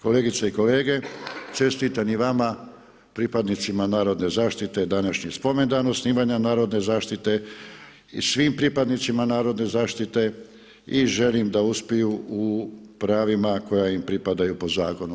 Kolegice i kolege čestitam i vama pripadnicima narodne zaštite, današnji spomendan osnivanja narodne zaštite i svim pripadnicama narodne zaštite i želim da uspiju u pravima koja im pripadaju po zakonu.